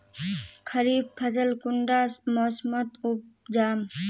खरीफ फसल कुंडा मोसमोत उपजाम?